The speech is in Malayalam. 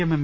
M M